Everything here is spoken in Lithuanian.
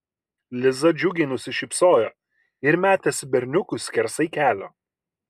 liza džiugiai nusišypsojo ir metėsi berniukui skersai kelio